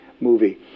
movie